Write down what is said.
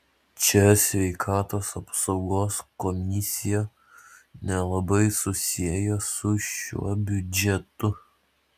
čia sveikatos apsaugos komisija nelabai susiejo su šiuo biudžetu